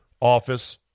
office